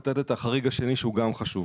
לתת את החריג השני שהוא גם חשוב.